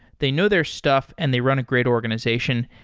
they know their stuff and they run a great organization.